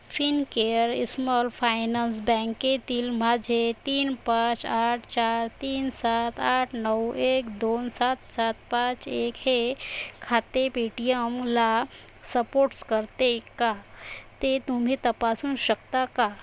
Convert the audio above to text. Fincare small finance बँकेतील माझे तीन पाच आठ चार तीन सात आठ नऊ एक दोन सात सात पाच एक हे खाते पेटीयमला सपोट्स करते का ते तुम्ही तपासू शकता का